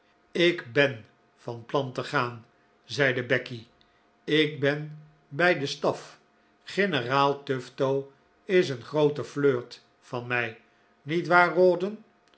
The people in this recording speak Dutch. ik ben van plan te gaan zeide becky ik ben bij den staf generaal tufto is een groote flirt van mij niet waar